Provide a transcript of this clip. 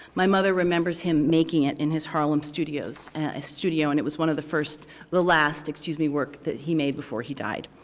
my mother remembers him making it in his harlem studio, so and it was one of the first the last, excuse me work that he made before he died.